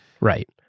Right